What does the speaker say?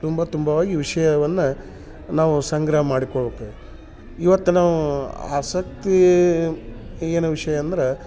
ತುಂಬ ತುಂಬವಾಗಿ ವಿಷಯವನ್ನ ನಾವು ಸಂಗ್ರಹ ಮಾಡಿಕೊಳ್ಳುಕ್ಕೆ ಇವತ್ತು ನಾವು ಆಸಕ್ತಿ ಏನು ವಿಷಯ ಅಂದ್ರ